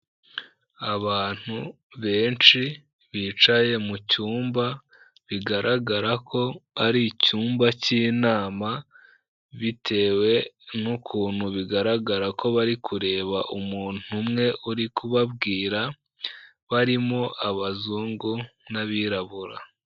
Abantu benshi, bicaye mu cyumba, bigaragara ko ari icyumba cy'inama, bitewe n'ukuntu bigaragara ko bari kureba umuntu umwe uri kubabwira, barimo abazungu n'abirabura.